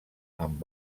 amb